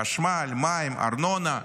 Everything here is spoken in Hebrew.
חשמל, מים, ארנונה,